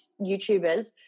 YouTubers